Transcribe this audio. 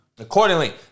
accordingly